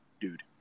dude